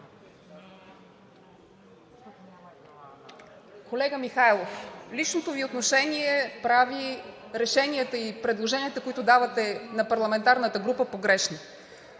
Колега Михайлов, личното Ви отношение прави погрешни решенията и предложенията, които давате на парламентарната група.